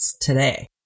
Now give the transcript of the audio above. today